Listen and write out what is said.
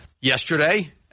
Yesterday